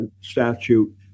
statute